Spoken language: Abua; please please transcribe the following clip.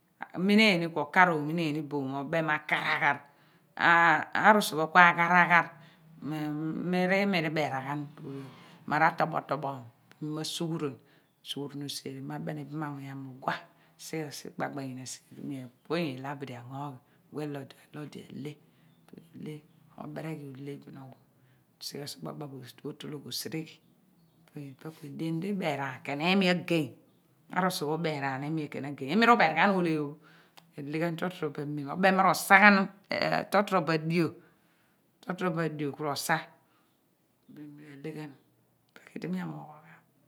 Aminan ni ku okar omineen iboom obem mo akaran kar arusu pho ku agharaghar pho imi rꞌibeeran ghan amar atobo tobo bin mi ma sughuro ono sughuron osare bia mi ma no isegheoye segbagba anyina esighiogh era mi apoonyi ila bidi anyo ghi uwe lodi pighagba ootologh osereghi bon ipe ku edien di beeraan imi agey imi ru phor ghon ohle ro mi le le ghan to to obo amem oben mu rosa ghan totrobo adio totrobo adio ku risa ipe ku edi mu amwogh ogha. Aph aani.